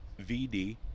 VD